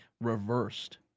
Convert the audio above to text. reversed